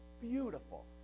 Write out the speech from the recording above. beautiful